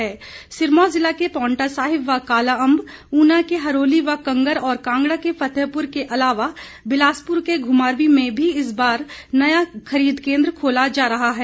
ये केन्द्र सिरमौर जिला के पांवटा साहिब व कालाअंब उना के हरोली व कंगर और कांगड़ा के फतेहपुर के अलावा बिलासपुर के घुमारवीं में भी इस बार नया खरीद केन्द्र खोला जा रहा है